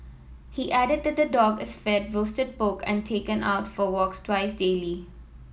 he added that the dog is fed roasted pork and taken out for walks twice daily